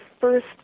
first